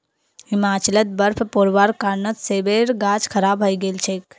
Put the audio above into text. हिमाचलत बर्फ़ पोरवार कारणत सेबेर गाछ खराब हई गेल छेक